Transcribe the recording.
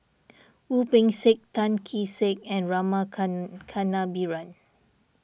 Wu Peng Seng Tan Kee Sek and Rama Kannabiran